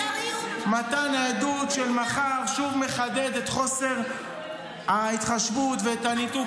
מתן העדות מחר שוב מחדד את חוסר ההתחשבות והניתוק,